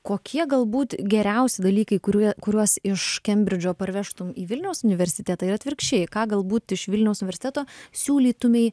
kokie galbūt geriausi dalykai kurie kuriuos iš kembridžo parvežtum į vilniaus universitetą ir atvirkščiai ką galbūt iš vilniaus universiteto siūlytumei